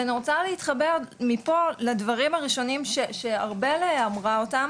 ואני רוצה להתחבר מפה לדברים הראשונים שארבל אמרה אותם